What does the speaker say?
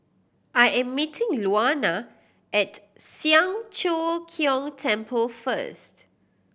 I am meeting Luana at Siang Cho Keong Temple first